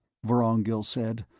vorongil said,